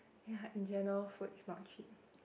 ya in general food is not cheap